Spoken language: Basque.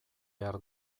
behar